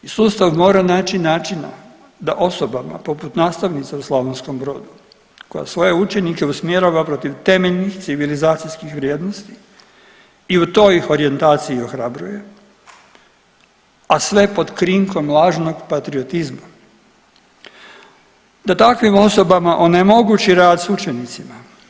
Sustav mora naći načina da osobama poput nastavnica u Slavonskom Brodu koja svoje učenike usmjerava protiv temeljnih civilizacijskih vrijednosti i u toj ih orijentaciji ohrabruje, a sve pod krinkom lažnog patriotizma da takvim osobama onemogući rad sa učenicima.